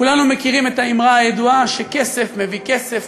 כולנו מכירים את האמרה הידועה שכסף מביא כסף,